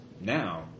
now